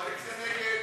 מי נגד?